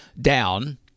down